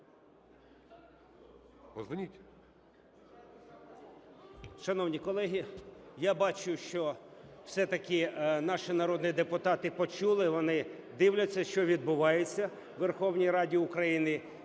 Шановні колеги, я бачу, що все-таки наші народні депутати почули, вони дивляться, що відбувається у Верховній Раді України,